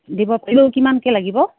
দিব কিমানকে লাগিব